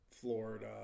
Florida